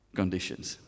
conditions